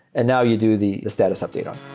and now you do the status update on.